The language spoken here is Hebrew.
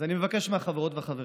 אז אני מבקש מהחברות והחברים: